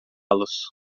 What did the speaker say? los